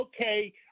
okay